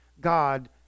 God